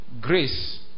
Grace